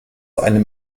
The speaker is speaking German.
einem